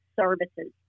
services